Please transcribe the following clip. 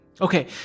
Okay